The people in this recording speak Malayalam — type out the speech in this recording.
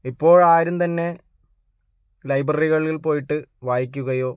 ഇപ്പോളാരും തന്നെ ലൈബ്രറികളില് പോയിട്ട് വായിക്കുകയോ